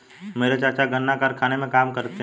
मेरे चाचा गन्ना कारखाने में काम करते हैं